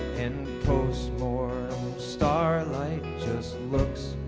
and postmortem starlight just looks